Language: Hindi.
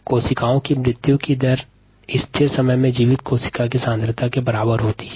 कोशिका की रेट ऑफ़ डेथ स्थिर समय में जीवित कोशिका की सांद्रता के बराबर होती है